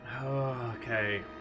Okay